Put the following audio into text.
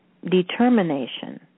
Determination